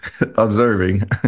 observing